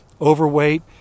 overweight